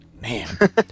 man